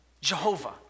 Jehovah